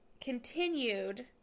continued